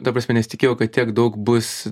ta prasme nesitikėjau kad tiek daug bus